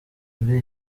muri